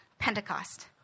Pentecost